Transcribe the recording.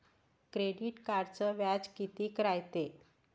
Credit कार्डचं व्याज कितीक रायते?